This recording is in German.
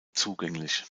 zugänglich